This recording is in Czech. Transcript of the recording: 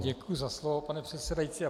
Děkuji za slovo, pane předsedající.